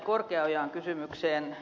korkeaojan kysymykseen